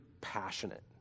passionate